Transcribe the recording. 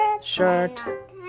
shirt